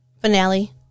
finale